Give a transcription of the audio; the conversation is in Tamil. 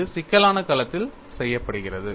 இது சிக்கலான களத்தில் செய்யப்படுகிறது